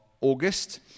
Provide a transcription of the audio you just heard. August